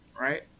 right